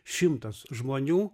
šimtas žmonių